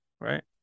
right